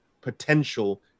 potential